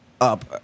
up